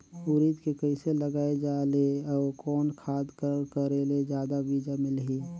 उरीद के कइसे लगाय जाले अउ कोन खाद कर करेले जादा बीजा मिलही?